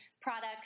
products